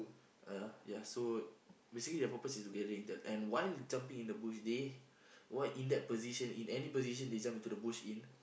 uh ya so basically their purpose is gathering that and while jumping in the bush they were in that position in any position they jump into the bush in